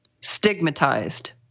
stigmatized